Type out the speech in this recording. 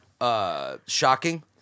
shocking